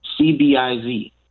CBIZ